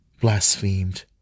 blasphemed